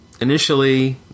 initially